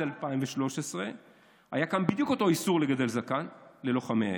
2013 היה כאן בדיוק אותו איסור לגדל זקן ללוחמי האש.